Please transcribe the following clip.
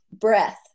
breath